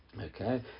Okay